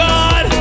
God